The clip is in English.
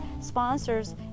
sponsors